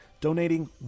donating